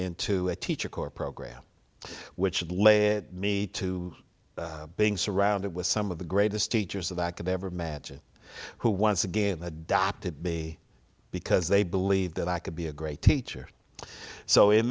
into a teacher corps program which led me to being surrounded with some of the greatest teachers of that could ever imagine who once again adopted be because they believe that i could be a great teacher so in